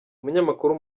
umunyamakuru